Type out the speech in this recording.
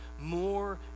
more